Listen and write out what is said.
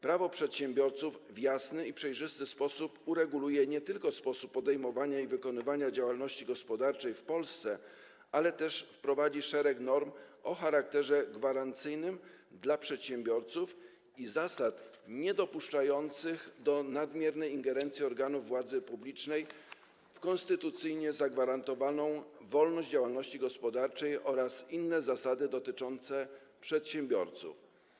Prawo przedsiębiorców w jasny i przejrzysty sposób nie tylko ureguluje sposób podejmowania i wykonywania działalności gospodarczej w Polsce, ale też wprowadzi szereg norm o charakterze gwarancyjnym dla przedsiębiorców i zasad niedopuszczających do nadmiernej ingerencji organów władzy publicznej w konstytucyjnie zagwarantowaną wolność działalności gospodarczej oraz inne zasady dotyczące przedsiębiorców.